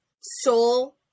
soul